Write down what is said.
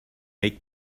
make